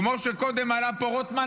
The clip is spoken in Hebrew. כמו שקודם העלה פה רוטמן,